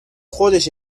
خودش